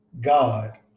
God